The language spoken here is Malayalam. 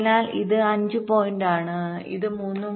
അതിനാൽ ഇത് 5 പോയിന്റാണ് ഇത് 3